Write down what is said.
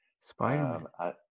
Spider-Man